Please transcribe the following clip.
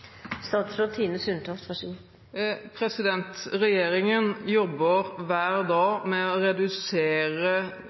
Regjeringen jobber hver dag med å redusere